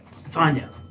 Stefania